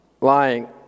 Lying